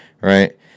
right